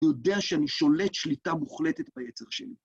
הוא יודע שאני שולט שליטה מוחלטת ביצר שלי.